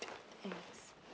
thanks